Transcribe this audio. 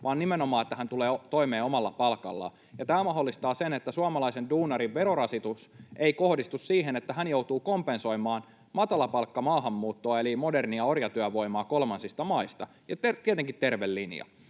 hän nimenomaan tulee toimeen omalla palkallaan. Ja tämä mahdollistaa sen, että suomalaisen duunarin verorasitus ei kohdistu siihen, että hän joutuu kompensoimaan matalapalkkamaahanmuuttoa eli modernia orjatyövoimaa kolmansista maista — tietenkin terve linja.